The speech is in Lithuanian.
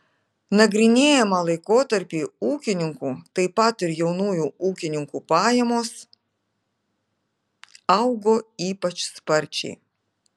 nagrinėjamą laikotarpį ūkininkų taip pat ir jaunųjų ūkininkų pajamos augo ypač sparčiai